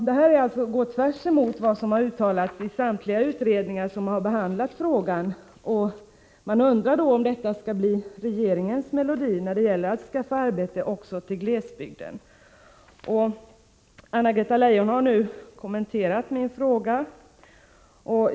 Detta är tvärtemot vad som har uttalats i samtliga utredningar som har behandlat frågan. Jag undrar om detta skall bli regeringens melodi när det gäller att skaffa arbete också till glesbygden. Anna-Greta Leijon har nu kommenterat min fråga.